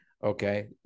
Okay